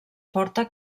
forta